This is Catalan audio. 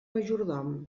majordom